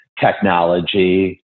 technology